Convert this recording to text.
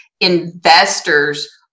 investors